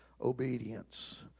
obedience